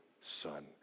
son